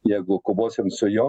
jeigu kovosim su jom